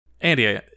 Andy